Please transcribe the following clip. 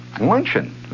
luncheon